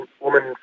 woman